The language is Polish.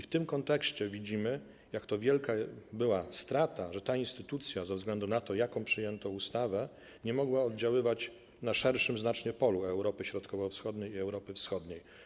W tym kontekście widzimy, jak to wielka była strata, że ta instytucja ze względu na to, jaką przyjęto ustawę, nie mogła oddziaływać na znacznie szerszym polu Europy Środkowo-Wschodniej i Europy Wschodniej.